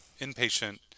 inpatient